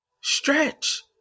stretch